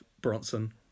Bronson